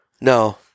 No